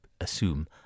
assume